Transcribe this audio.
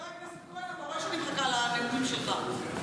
חבר הכנסת כהן, אתה רואה שאני מחכה לנאומים שלך.